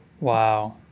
Wow